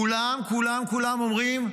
כולם כולם אומרים: